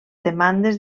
demandes